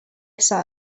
saw